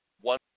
one